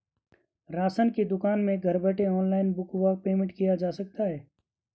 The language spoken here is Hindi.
राशन की दुकान में घर बैठे ऑनलाइन बुक व पेमेंट किया जा सकता है?